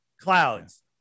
clouds